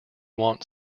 want